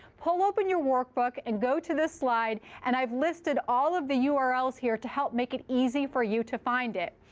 pull open your workbook and go to this slide. and i've listed all of the urls here to help make it easy for you to find it.